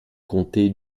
comté